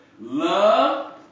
love